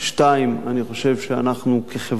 2. אני חושב שאנחנו, כחברה,